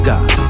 God